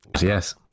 Yes